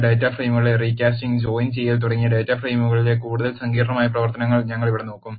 data ഫ്രെയിമുകളുടെ recasting join ചെയ്യൽ തുടങ്ങിയ ഡാറ്റ ഫ്രെയിമുകളിലെ കൂടുതൽ സങ്കീർണ്ണമായ പ്രവർത്തനങ്ങൾ ഞങ്ങൾ ഇവിടെ നോക്കും